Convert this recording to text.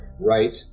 right